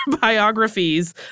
biographies